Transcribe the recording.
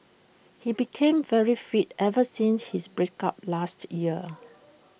he became very fit ever since his break up last year